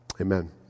Amen